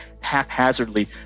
haphazardly